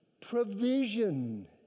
provision